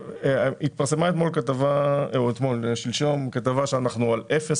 התפרסמה שלשום כתבה שאנחנו על אפס